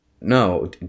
no